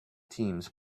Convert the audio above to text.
teams